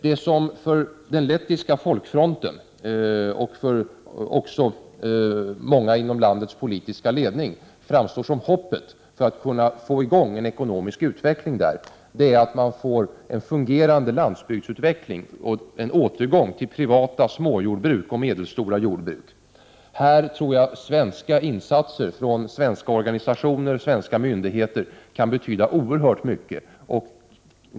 Det som för den lettiska folkfronten och för många inom landets politiska ledning framstår som hoppet när det gäller att få i gång en ekonomisk utveckling i landet är att man får en fungerande landsbygdsutveckling och en återgång till privata små och medelstora jordbruk. Här tror jag att insatser från svenska organisationer och myndigheter kan betyda oerhört mycket.